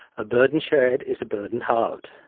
a burden shared is a burden halved.